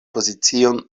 pozicion